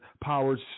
powers